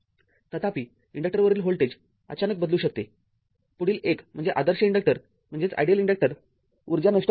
तथापिइन्डक्टरवरील voltage अचानक बदलू शकते पुढील १ म्हणजे आदर्श इन्डक्टर ऊर्जा नष्ट करत नाही